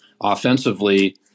Offensively